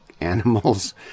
animals